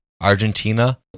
Argentina